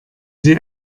sie